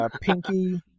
Pinky